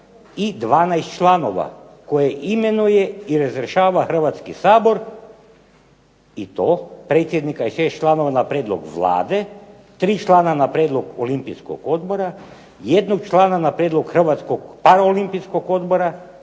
i 12 članova koje imenuje i razrješava Hrvatski sabor i predsjednika i 6 članova na prijedlog Vlade, 3 člana na prijedlog Olimpijskog odbora, jednog člana na prijedlog Hrvatskog paraolimpijskog odbora,